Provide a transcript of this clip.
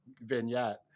vignette